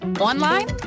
Online